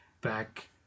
back